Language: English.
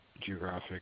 geographic